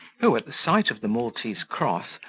who, at sight of the maltese cross,